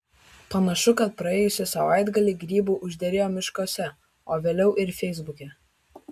panašu kad praėjusį savaitgalį grybų užderėjo miškuose o vėliau ir feisbuke